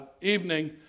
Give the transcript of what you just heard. evening